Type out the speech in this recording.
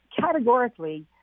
categorically